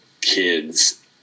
kids